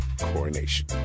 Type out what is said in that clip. coronation